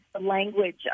language